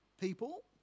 people